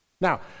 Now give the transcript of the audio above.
Now